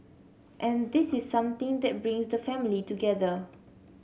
and this is something that brings the family together